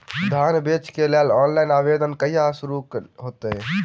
धान बेचै केँ लेल ऑनलाइन आवेदन कहिया शुरू हेतइ?